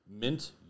mint